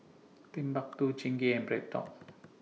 Timbuk two Chingay and BreadTalk